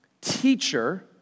teacher